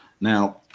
Now